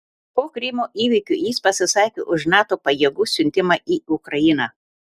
po krymo įvykių jis pasisakė už nato pajėgų siuntimą į ukrainą